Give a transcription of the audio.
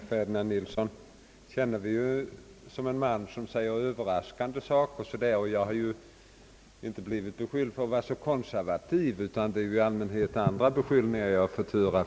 Vi känner herr Ferdinand Nilsson som en man som säger överraskande saker. Jag har ju vanligen inte från jordbrukarhåll blivit beskylld för att vara så konservativ, utan det är i allmänhet andra beskyllningar jag har fått höra.